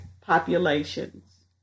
populations